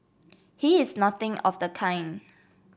he is nothing of the kind